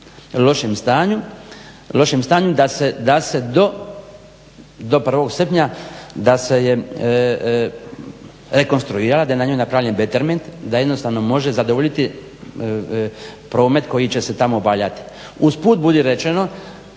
lošem stanju da se do 1.srpnja da se je rekonstruirala da je na njoj napravljen beterment da je jednostavno može zadovoljiti promet koji će se tamo obavljati. Usput budi rečeno